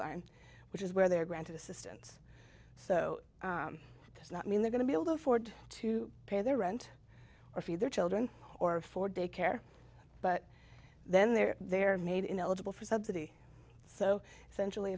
line which is where they are granted assistance so does not mean they going to be able to afford to pay their rent or feed their children or for daycare but then they're they're made in eligible for subsidy so essentially